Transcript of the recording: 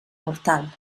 mortal